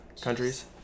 countries